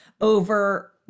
over